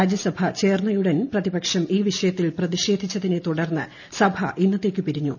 രാജൃസഭ ചേർന്നയുടൻ പ്രതിപക്ഷം ഈ വിഷയത്തിൽ പ്രതിഷേധിച്ചതിനെ തുടർന്ന് സഭ ഇന്നത്തേക്കു പിരിഞ്ഞു